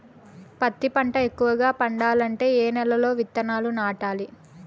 పత్తి పంట ఎక్కువగా పండాలంటే ఏ నెల లో విత్తనాలు నాటాలి?